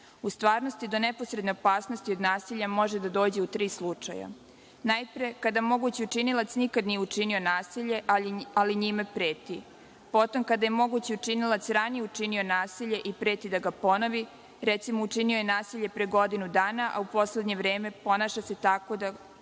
U stvarnosti, do neposredne opasnosti od nasilja može da dođe u tri slučaja – najpre, kada mogući učinilac nikada nije učinio nasilje, ali njime preti, potom, kada je mogući učinilac ranije učinio nasilje i preti da ga ponove, recimo, učinio je nasilje pre godinu dana, a u poslednje vreme ponaša se tako kao